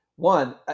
One